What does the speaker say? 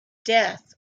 death